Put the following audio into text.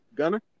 Gunner